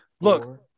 Look